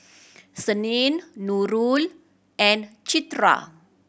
Senin Nurul and Citra